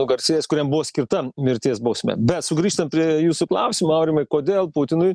pagarsėjęs kuriam buvo skirta mirties bausmė bet sugrįžtant prie jūsų klausimo aurimai kodėl putinui